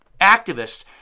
activists